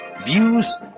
views